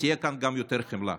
ותהיה כאן גם יותר חמלה.